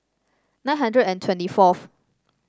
nine hundred and twenty fourth